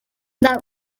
that